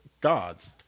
gods